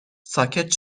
ساکت